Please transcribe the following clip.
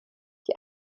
die